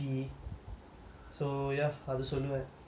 so ya அத சொல்லுவேன்:adha solluvaen